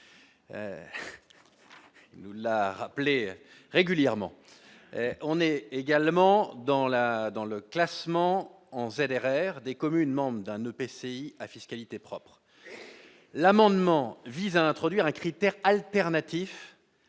nous la rappeler régulièrement, on est également dans la dans le classement en ZR des communes membres d'un EPCI à fiscalité propre, l'amendement visant à introduire un critère alternatif